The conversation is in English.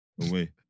Away